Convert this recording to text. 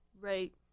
Right